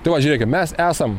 tai va žiūrėkim mes esam